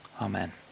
Amen